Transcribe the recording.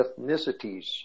ethnicities